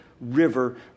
river